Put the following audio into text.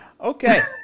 Okay